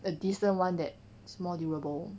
a decent one that's more durable